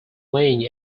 laying